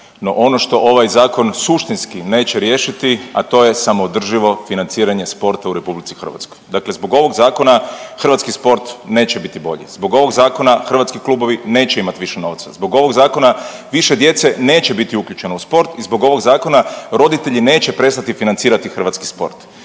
no ono što ovaj Zakon suštinski neće riješiti, a to je samoodrživo financiranje sporta u RH. Dakle zbog ovog Zakona hrvatski sport neće biti bolji. Zbog ovog Zakona hrvatski klubovi neće imati više novca, zbog ovog Zakona više djece neće biti uključeno u sport i zbog ovog Zakona roditelji neće prestati financirati hrvatski sport.